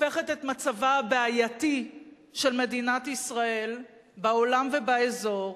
הופכת את מצבה הבעייתי של מדינת ישראל בעולם ובאזור